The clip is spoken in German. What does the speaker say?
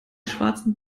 schwarzen